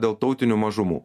dėl tautinių mažumų